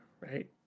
right